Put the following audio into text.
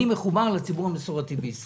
אני מחובר לציבור המסורתי בישראל.